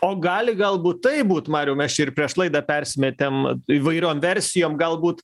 o gali galbūt taip būt mariau mes čia ir prieš laidą persimetėm įvairiom versijom galbūt